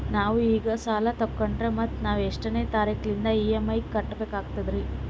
ನಾವು ಈಗ ಸಾಲ ತೊಗೊಂಡ್ರ ಮತ್ತ ನಾವು ಎಷ್ಟನೆ ತಾರೀಖಿಲಿಂದ ಇ.ಎಂ.ಐ ಕಟ್ಬಕಾಗ್ತದ್ರೀ?